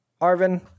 Arvin